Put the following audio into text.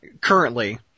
currently